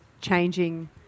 changing